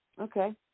Okay